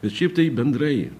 bet šiaip tai bendrai